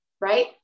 Right